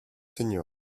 seniors